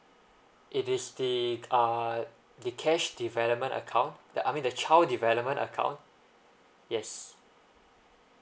it is the uh the cash development account the I mean the child development account yes